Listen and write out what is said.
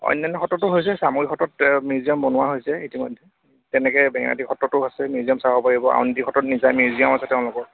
অন্যান্য সত্ৰটো হৈছে চামগুৰী সত্ৰত মিউজিয়াম বনোৱা হৈছে ইতিমধ্যে তেনেকে বেঙেনাআটী সত্ৰটো হৈছে মিউজিয়াম চাব পাৰিব আউনীআটী সত্ৰত নিজা মিউজিয়াম আছে তেওঁলোকৰ